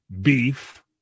beef